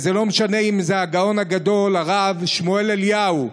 זה לא משנה אם זה הגאון הגדול הרב שמואל אליהו,